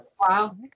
Wow